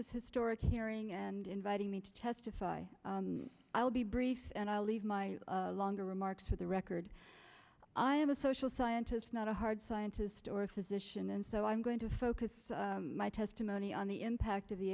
this historic hearing and inviting me to testify i will be brief and i'll leave my longer remarks for the record i am a social scientist not a hard scientist or a physician and so i'm going to focus my testimony on the impact of the